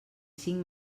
cinc